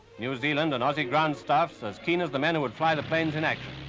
new zealand and aussies grand staffs as keen as the men who would fly the planes in action.